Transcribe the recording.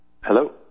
Hello